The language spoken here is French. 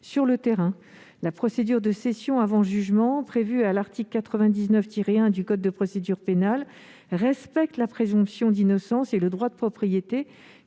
dramatiques. La procédure de cession avant jugement, prévue à l'article 99-1 du code de procédure pénale, respecte la présomption d'innocence et le droit de propriété